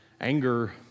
anger